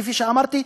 כפי שאמרתי,